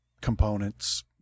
components